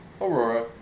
Aurora